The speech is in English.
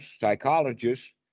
psychologists